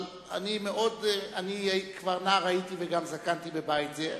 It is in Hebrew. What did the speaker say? אבל נער הייתי וגם זקנתי בבית זה.